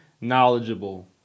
knowledgeable